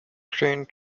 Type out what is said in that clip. crane